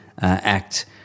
act